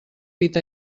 pit